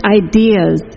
ideas